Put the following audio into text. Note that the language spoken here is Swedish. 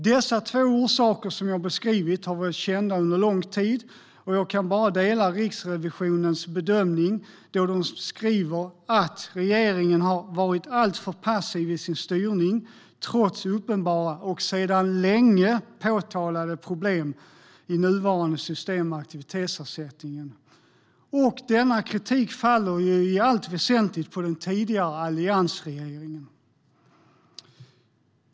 Dessa två orsaker som jag har beskrivit har varit kända under lång tid, och jag kan bara dela Riksrevisionens bedömning då man skriver att regeringen har varit alltför passiv i sin styrning, trots uppenbara och sedan länge påtalade problem i nuvarande system med aktivitetsersättningen. Denna kritik faller i allt väsentligt på den tidigare alliansregeringen.